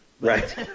Right